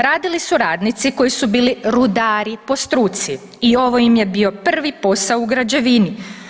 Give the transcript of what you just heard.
Radili su radnici koji su bili rudari po struci i ovo im je bio prvi posao u građevini.